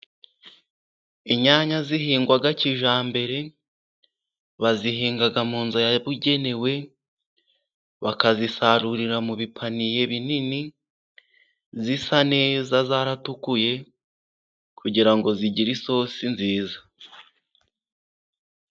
Inyanya zihimgwa mu buryo bwa kijyambere, bazihinga mu nzu yabugenewe, bakazisarurira mu bipaniye binini, zisa neza zaratukuye, kugirango zigire isosi nziza.